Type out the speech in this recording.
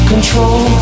Control